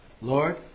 Lord